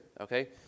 okay